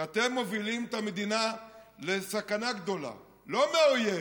אתם מובילים את המדינה לסכנה גדולה, לא מהאויב,